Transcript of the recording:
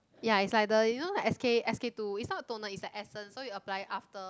ya is like the you know like the S_K S_K two is not toner is like essence so you apply after